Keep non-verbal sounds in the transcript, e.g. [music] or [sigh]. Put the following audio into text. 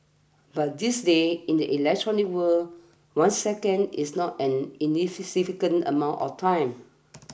but these days in the electronic world one second is not an [unintelligible] amount of time